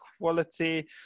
quality